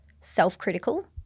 self-critical